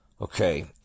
Okay